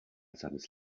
seines